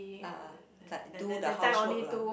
ah like do the housework lah